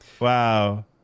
Wow